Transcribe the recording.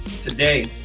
today